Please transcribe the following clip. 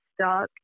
stuck